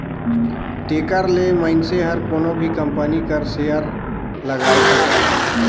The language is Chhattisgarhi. तेकर ले मइनसे हर कोनो भी कंपनी कर सेयर लगाए सकत अहे